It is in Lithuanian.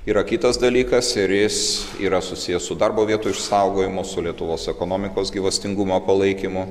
yra kitas dalykas ir jis yra susijęs su darbo vietų išsaugojimu su lietuvos ekonomikos gyvastingumo palaikymu